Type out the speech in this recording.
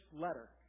letter